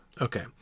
Okay